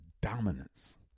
dominance